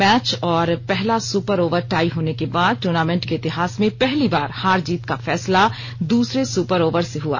match और पहला super over tie होने के बाद ट्र्नामेंट के इतिहास में पहली बार हार जीत का फैसला दूसरे सुपर ओवर से हुआ